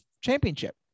championship